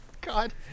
god